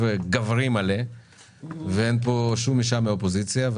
גברי מלא ואין כן אישה מהאופוזיציה.